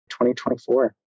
2024